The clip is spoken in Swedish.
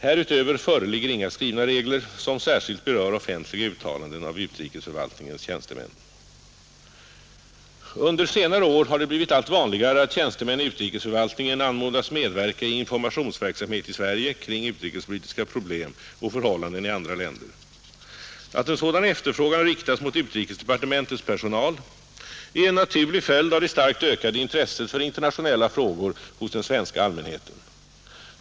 Härutöver föreligger inga skrivna regler, som särskilt berör offentliga uttalanden av utrikesförvaltningens tjänstemän. Under senare år har det blivit allt vanligare att tjänstemän i utrikesförvaltningen anmodas medverka i informationsverksamhet i Sverige kring utrikespolitiska problem och förhållanden i andra länder. Att en sådan efterfrågan riktas mot utrikesdepartementets personal är en naturlig följd av det starkt ökade intresset för internationella frågor hos den svenska allmänheten.